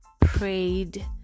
prayed